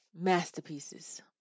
masterpieces